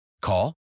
Call